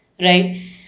Right